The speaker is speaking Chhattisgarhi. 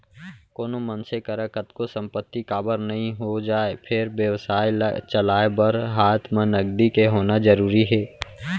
कोनो मनसे करा कतको संपत्ति काबर नइ हो जाय फेर बेवसाय ल चलाय बर हात म नगदी के होना जरुरी हे